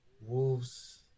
Wolves